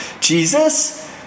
Jesus